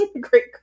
Great